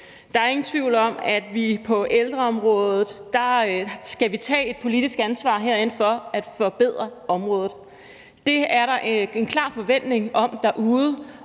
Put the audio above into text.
Der er ingen tvivl om, at vi på ældreområdet skal tage et politisk ansvar herinde for at forbedre det. Det er der en klar forventning om derude,